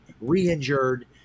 re-injured